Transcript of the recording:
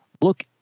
Look